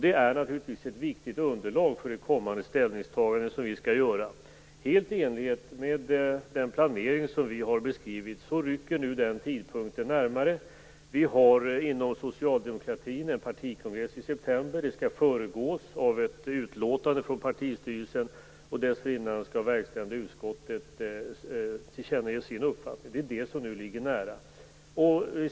Det är naturligtvis ett viktigt underlag för det kommande ställningstagande som vi skall göra. Helt i enlighet med den planering som vi har beskrivit rycker nu den tidpunkten närmare. Inom socialdemokratin har vi en partikongress i september. Den skall föregås av ett utlåtande från partistyrelsen, och dessförinnan skall verkställande utskottet tillkännage sin uppfattning. Det är det som nu ligger nära.